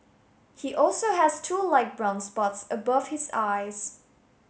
he also has two light brown spots above his eyes